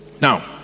now